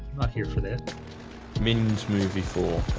here for that means move before